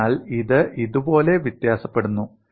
അതിനാൽ ഇത് ഇതുപോലെ വ്യത്യാസപ്പെടുന്നു